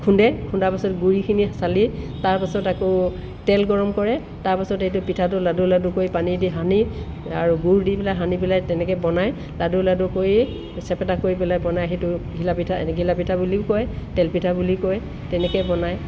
খুন্দে খুন্দাৰ পাছত গুড়িখিনি চালি তাৰপাছত আকৌ তেল গৰম কৰে তাৰপাছত এইটো পিঠাটো লাডু লাডু কৰি পানী দি সানি আৰু গুৰ দি পেলাই সানি পেলাই তেনেকৈ বনাই লাডু লাডু কৰি চেপেটা কৰি পেলাই বনাই সেইটো ঘিলাপিঠা এনেকৈ ঘিলাপিঠা বুলিও কয় তেলপিঠা বুলিও কয় তেনেকৈ বনায়